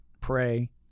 pray